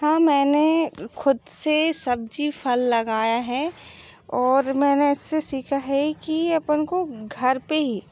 हाँ मैंने खुद से सब्ज़ी फल लगाया है और मैंने इससे सीखा है कि अपन को घर पे ही